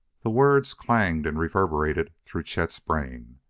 the words clanged and reverberated through chet's brain.